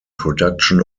production